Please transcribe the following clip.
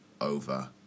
over